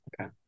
Okay